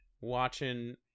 watching